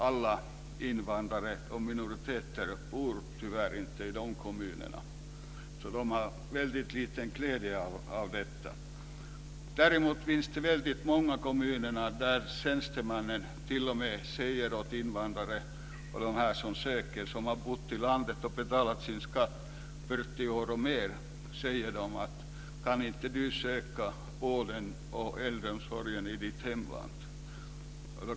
Alla i invandrarminoriteterna bor tyvärr inte i de kommunerna, så de äldre invandrarna har väldigt liten glädje av dessa resultat. Däremot förekommer det t.o.m. i väldigt många kommuner att tjänstemännen frågar invandrare som har betalat sin skatt här i 40 år och mer om de inte kan söka vård och äldreomsorg i sitt hemland.